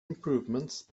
improvements